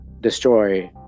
destroy